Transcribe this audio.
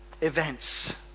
events